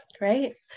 Right